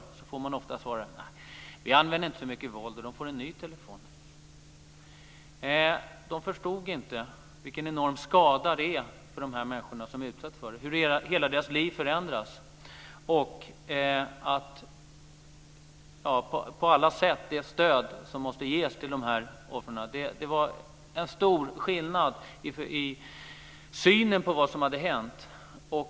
Ofta får man svaret: Nej, vi använde inte så mycket våld, och de får en ny telefon. De förstod inte vilken enorm skada det blir för de människor som utsätts för detta, hur hela deras liv förändras och hur stöd måste ges på alla sätt till dessa offer. Det finns en stor skillnad i synen på vad som hänt.